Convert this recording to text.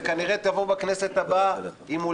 וכנראה תבוא בכנסת הבאה עם,